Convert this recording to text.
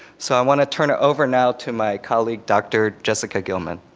so i want to turn it over now to my colleague, dr jessica gilman.